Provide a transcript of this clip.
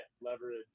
leverage